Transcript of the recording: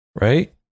Right